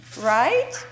right